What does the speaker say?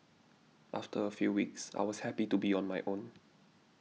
after a few weeks I was happy to be on my own